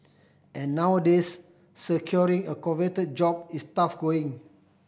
and nowadays securing a coveted job is tough going